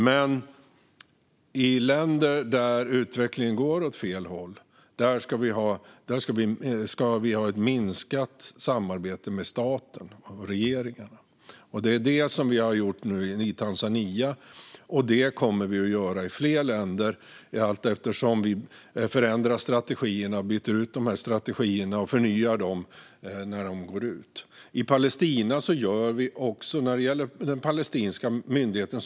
Men i länder där utvecklingen går åt fel håll ska vi ha ett minskat samarbete med staten eller regeringen. Det är detta vi nu har gjort i Tanzania, och vi kommer att göra det i fler länder allteftersom vi förändrar strategierna och byter ut och förnyar dem när de går ut. Så gör vi också när det gäller den palestinska myndigheten.